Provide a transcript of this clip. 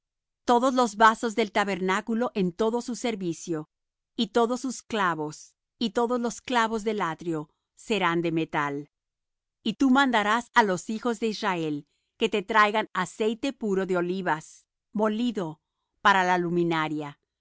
todos los vasos del tabernáculo en todo su servicio y todos sus clavos y todos los clavos del atrio serán de metal y tú mandarás á los hijos de israel que te traigan aceite puro de olivas molido para la luminaria